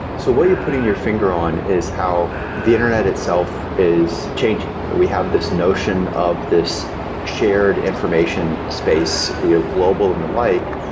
so what you're putting your finger on is how the internet itself is changing. we have this notion of this shared information space, global and the like.